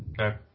Okay